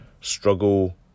struggle